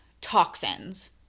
toxins